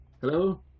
hello